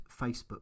facebook